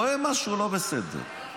רואה משהו לא בסדר,